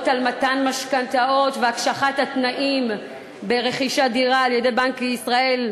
על מתן משכנתאות והקשחת התנאים ברכישת דירה על-ידי בנק ישראל,